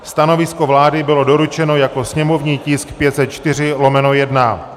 Stanovisko vlády bylo doručeno jako sněmovní tisk 504/1.